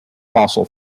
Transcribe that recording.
fossil